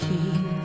King